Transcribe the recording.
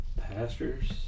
Pastor's